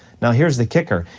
now, here's the kicker,